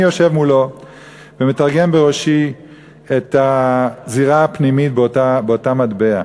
אני יושב מולו ומתרגם בראשי את הזירה הפנימית באותה מטבע.